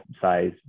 size